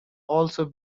also